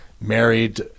married